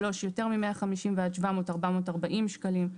יותר מ-150 ועד 700 - 440 שקלים.